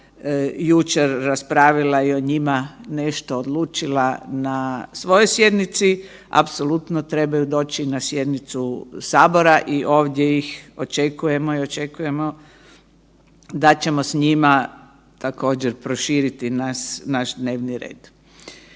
jučer raspravila i o njima nešto odlučila na svojoj sjednici, apsolutno trebaju doći na sjednicu Sabora i ovdje ih očekujemo i očekujemo da ćemo s njima također proširiti naš dnevni red.